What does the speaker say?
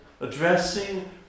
addressing